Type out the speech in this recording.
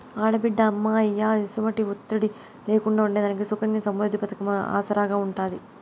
ఆడబిడ్డ అమ్మా, అయ్య ఎసుమంటి ఒత్తిడి లేకుండా ఉండేదానికి సుకన్య సమృద్ది పతకం ఆసరాగా ఉంటాది